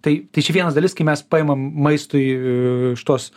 tai tai čia vienas dalis kai mes paimam maistui šituos